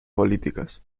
políticas